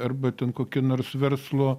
arba ten kokie nors verslo